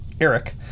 Eric